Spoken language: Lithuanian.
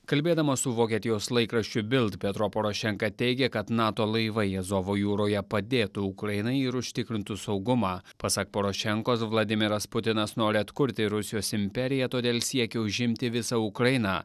kalbėdamas su vokietijos laikraščiu bild petro porošenka teigė kad nato laivai azovo jūroje padėtų ukrainai ir užtikrintų saugumą pasak porošenkos vladimiras putinas nori atkurti rusijos imperiją todėl siekia užimti visą ukrainą